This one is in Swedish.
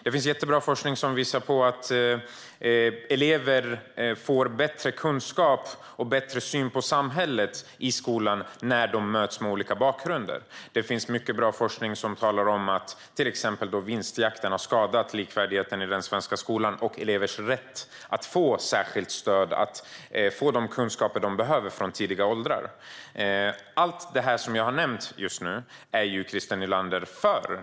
Det finns jättebra forskning som visar att eleverna får bättre kunskaper och bättre syn på samhället i skolor där elever med olika bakgrund möts. Det finns mycket bra forskning som talar om att till exempel vinstjakten har skadat likvärdigheten i den svenska skolan och elevers rätt att få särskilt stöd att få de kunskaper de behöver från tidig ålder. Allt det som jag har nämnt nu är du, Christer Nylander, för.